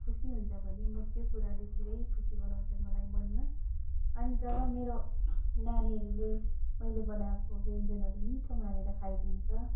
खुसी हुन्छ भने म त्यो कुराले धेरै खुसी बनाउँछ मलाई मनमा अनि जब मेरो नानीहरूले मैले बनाएको व्यन्जनहरू मिठो मानेर खाइदिन्छ